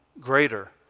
greater